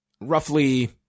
roughly